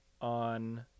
on